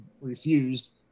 refused